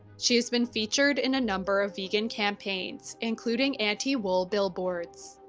she has been featured in a number of vegan campaigns including anti-wool billboards.